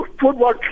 football